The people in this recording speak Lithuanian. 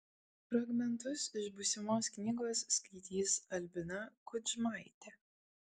fragmentus iš būsimos knygos skaitys albina kudžmaitė